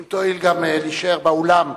אם תואיל להישאר באולם.